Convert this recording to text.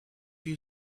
you